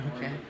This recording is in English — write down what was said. Okay